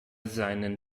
seinen